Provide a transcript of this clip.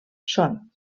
són